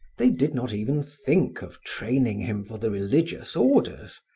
they did not even think of training him for the religious orders,